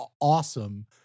awesome